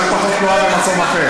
אז יש פחות תנועה במקום אחר.